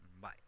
Bye